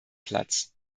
platz